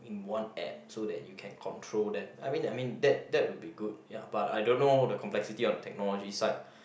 in one app so that you can control them I mean I mean that that would be good ya but I don't know the complexity on technology side